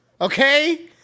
okay